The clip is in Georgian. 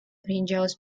ბრინჯაოს